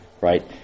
Right